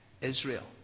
Israel